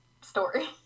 story